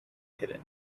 hidden